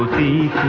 e